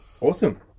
Awesome